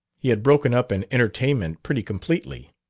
he had broken up an entertainment pretty completely!